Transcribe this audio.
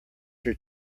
your